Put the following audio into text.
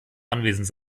anwesend